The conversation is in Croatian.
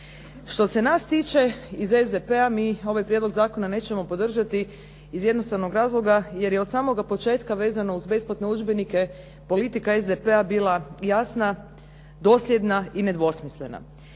Što se nas tiče iz SDP-a, mi ovaj prijedlog zakona nećemo podržati iz jednostavnog razloga jer je od samoga početka vezano uz besplatne udžbenike politika SDP-a bila jasna, dosljedna i nedvosmislena.